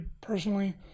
personally